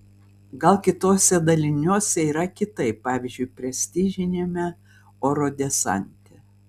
gal kituose daliniuose yra kitaip pavyzdžiui prestižiniame oro desante